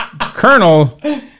Colonel